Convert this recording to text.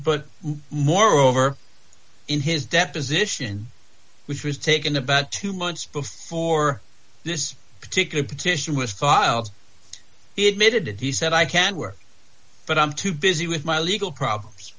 but moreover in his deposition which was taken about two months before this particular petition was filed it needed and he said i can work but i'm too busy with my legal problems